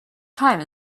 time